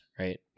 Right